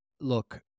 look